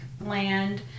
land